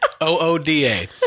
O-O-D-A